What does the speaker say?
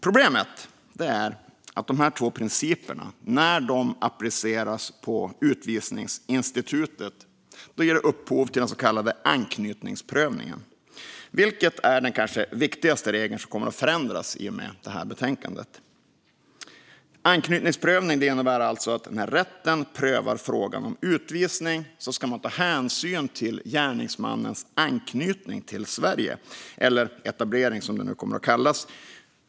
Problemet är att när de här två principerna appliceras på utvisningsinstitutet ger de upphov till den så kallade anknytningsprövningen, vilket är den kanske viktigaste regel som kommer att förändras i och med det här betänkandet. Anknytningsprövning innebär alltså att när rätten när den prövar frågan om utvisning ska ta hänsyn till gärningsmannens anknytning till Sverige, eller etablering som det nu kommer att kallas.